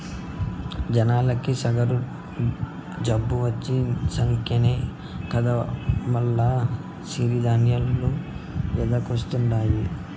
జనాలకి సుగరు జబ్బు వచ్చినంకనే కదా మల్ల సిరి ధాన్యాలు యాదికొస్తండాయి